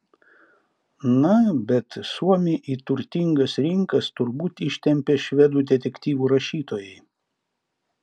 na bet suomį į turtingas rinkas turbūt ištempė švedų detektyvų rašytojai